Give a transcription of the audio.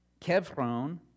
Kevron